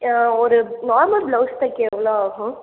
ஒரு normal blouse தைக்க எவ்வளோ ஆகும்